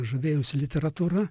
žavėjausi literatūra